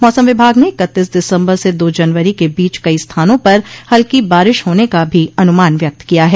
मौसम विभाग ने इकत्तीस दिसम्बर से दो जनवरी के बीच कई स्थानों पर हल्की बारिश होने का भी अनुमान व्यक्त किया है